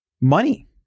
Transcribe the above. Money